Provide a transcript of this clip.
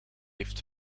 heeft